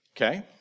Okay